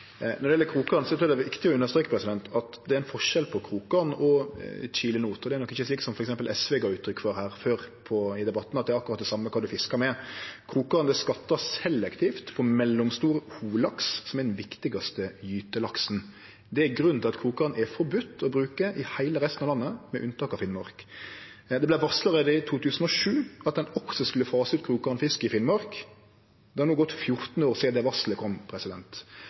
Når det gjeld krokgarn, trur eg det er viktig å understreke at det er ein forskjell på krokgarn og kilenot, og det er nok ikkje slik som f.eks. SV gav uttrykk for her før i debatten, at det er akkurat det same kva ein fiskar med. Krokgarn fangar selektivt mellomstor holaks, som er den viktigaste gytelaksen. Det er grunnen til at krokgarn er forbode å bruke i heile av landet, med unntak av Finnmark. Det vart varsla allereie i 2007 at ein også skulle fase ut krongarnfiske i Finnmark. Det har no gått 14 år sidan det varselet kom.